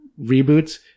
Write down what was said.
reboots